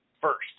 first